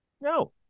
No